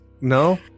No